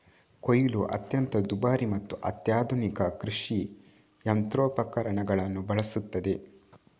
ಕೊಯ್ಲು ಅತ್ಯಂತ ದುಬಾರಿ ಮತ್ತು ಅತ್ಯಾಧುನಿಕ ಕೃಷಿ ಯಂತ್ರೋಪಕರಣಗಳನ್ನು ಬಳಸುತ್ತದೆ